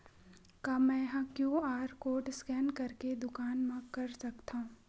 का मैं ह क्यू.आर कोड स्कैन करके दुकान मा कर सकथव?